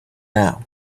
now